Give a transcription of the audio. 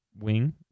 wing